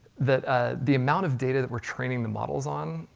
that ah the amount of data that we're training the models on,